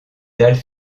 dalles